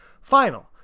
final